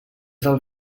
del